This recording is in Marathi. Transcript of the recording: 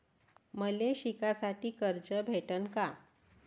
मले शिकासाठी कर्ज भेटन का?